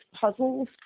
puzzles